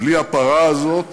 בלי הפרה הזאת